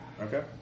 Okay